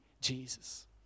Jesus